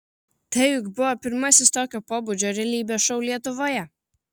tai juk buvo pirmasis tokio pobūdžio realybės šou lietuvoje